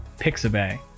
Pixabay